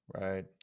right